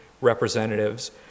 representatives